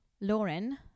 Lauren